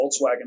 Volkswagen